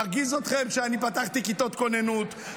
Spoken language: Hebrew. מרגיז אתכם שאני פתחתי כיתות כוננות,